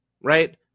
Right